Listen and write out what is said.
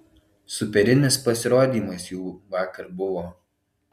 superinis pasirodymas jų vakar buvo